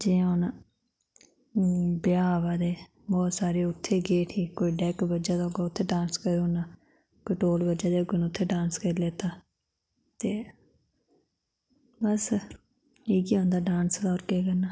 जियां हून ब्याह् अवा दे सारे उत्थें गे उठी डैक बज्जा दा कोई उत्थै डांस करी ओड़ना कोई ढोल बज्जा दे होंन उत्थें डांस करी ले ते बस इयै होंदा डांस दी होर केह् होंदा